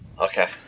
Okay